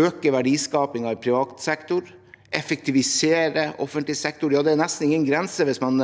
øke verdiskapingen i privat sektor og effektivisere offentlig sektor. Ja, det er nesten ingen grenser hvis man